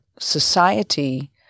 society